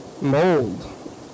mold